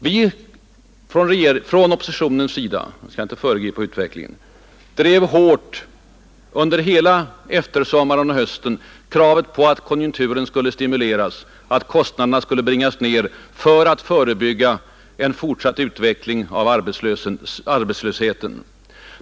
Vi på oppositionens sida — jag höll på att säga regeringens, men jag skall inte föregripa utvecklingen — drev hårt under hela eftersommaren och hösten kravet på att konjunkturen skulle stimuleras och att kostnaderna skulle bringas ner för att förebygga en fortsatt utveckling av arbetslösheten.